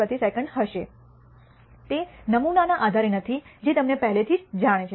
પ્રતિ સેકંડ હશે તે નમૂનાના આધારે નથી જે તે તમને પહેલેથી જ જાણે છે